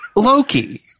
Loki